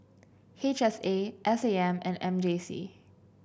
H S A S A M and M J C